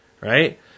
right